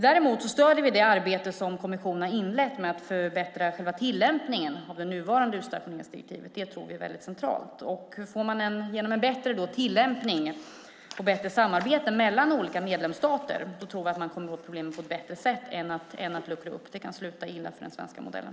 Däremot stöder vi det arbete som kommissionen har inlett med att förbättra tillämpningen av det nuvarande utstationeringsdirektivet. Det tror vi är centralt. Genom bättre tillämpning och bättre samarbete mellan olika medlemsstater tror vi att man kommer åt problemen på ett bättre sätt än genom att luckra upp, vilket kan sluta illa för den svenska modellen.